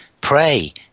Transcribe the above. Pray